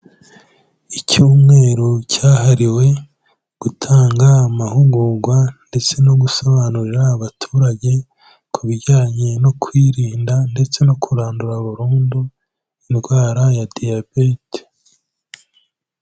Icyumweru cyahariwe gutanga amahugurwa, ndetse no gusobanurira abaturage, ku bijyanye no kwirinda, ndetse no kurandura burundu, indwara ya diyabete.